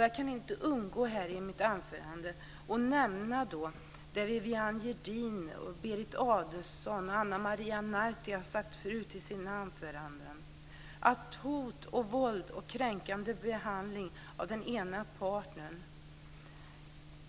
Jag kan inte undgå att i mitt anförande nämna det som Viviann Gerdin, Berit Adolfsson och Ana Maria Narti har tagit upp i sina anföranden om hot, våld och kränkande behandling av den ena parten